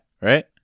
right